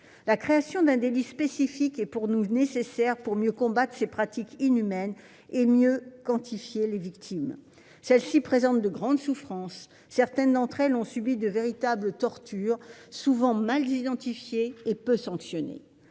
La création d'un délit spécifique est, pour nous, nécessaire pour mieux combattre ces pratiques inhumaines et mieux quantifier les victimes. Celles-ci présentent de grandes souffrances. Certaines ont subi de véritables tortures, souvent mal identifiées et peu sanctionnées.